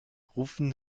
rufen